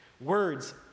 Words